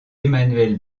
emmanuel